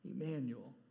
Emmanuel